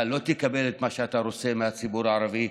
אתה לא תקבל את מה שאתה רוצה מהציבור הערבי.